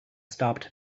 stopped